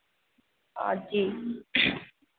और जी